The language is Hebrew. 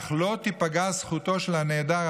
אך לא תיפגע זכותו של הנעדר,